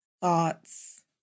thoughts